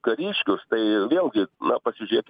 kariškius tai vėlgi pasižiūrėti